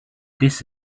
this